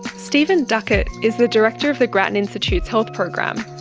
stephen duckett is the director of the grattan institute's health program.